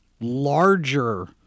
larger